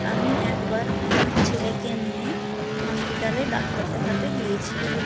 আমি একবার আমার ছেলেকে নিয়ে হাসপিটালে ডাক্তার দেখাতে গিয়েছিলাম